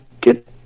get